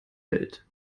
welt